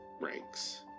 ranks